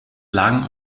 lang